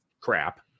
crap